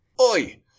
Oi